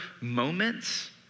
moments